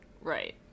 Right